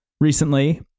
recently